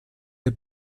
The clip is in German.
der